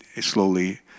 slowly